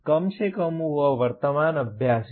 कम से कम वह वर्तमान अभ्यास है